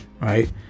right